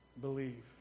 Believe